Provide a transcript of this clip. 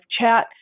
chat